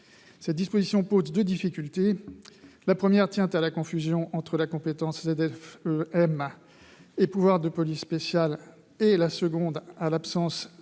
Cette disposition soulève deux difficultés : la première tient à la confusion entre la compétence ZFE-m et le pouvoir de police spéciale ; la seconde, à l'absence